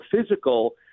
physical